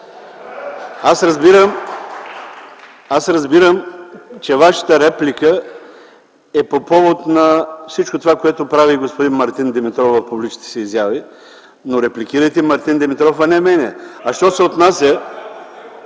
Аз разбирам, че Вашата реплика е по повод на всичко това, което прави господин Мартин Димитров в публичните си изяви, но репликирайте Мартин Димитров, а не мен. Що се отнася